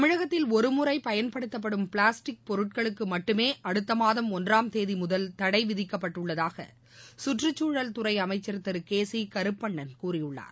தமிழகத்தில் ஒருமுறை பயன்படுத்தப்படும் பிளாஸ்டிக் பொருட்களுக்கு மட்டுமே அடுத்தமாதம் ஒன்றாம் தேதி முதல் தடை விதிக்கப்பட்டுள்ளதாக சுற்றுக்சூழல் துறை அமைச்சர் திரு கே சி கருப்பண்ணன் கூறியுள்ளார்